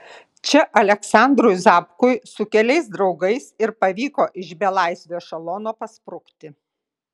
čia aleksandrui zapkui su keliais draugais ir pavyko iš belaisvių ešelono pasprukti